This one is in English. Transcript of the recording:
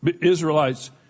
Israelites